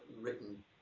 written